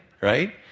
right